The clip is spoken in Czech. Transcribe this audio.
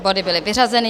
Body byly vyřazeny.